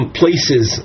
places